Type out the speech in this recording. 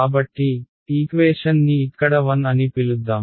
కాబట్టి ఈక్వేషన్ ని ఇక్కడ 1 అని పిలుద్దాం